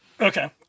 Okay